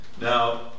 Now